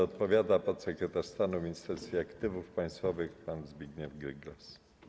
Odpowiada podsekretarz stanu w Ministerstwie Aktywów Państwowych pan Zbigniew Gryglas.